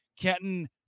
Kenton